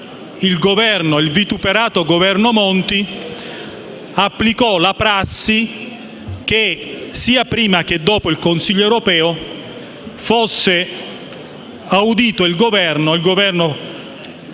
il vituperato Governo Monti applicò la prassi che sia prima che dopo il Consiglio europeo fosse audito il Governo, il